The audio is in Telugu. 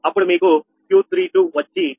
అప్పుడు మీకు Q32 వచ్చి48